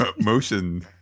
motion